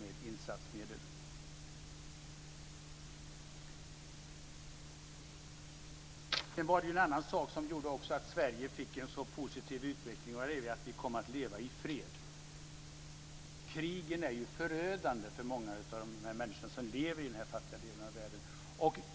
med hjälp av insatsmedel. Sedan var det en annan sak som gjorde att Sverige fick en positiv utveckling, nämligen att vi kom att leva i fred. Krigen är förödande för många av de människor som lever i den fattiga delen av världen.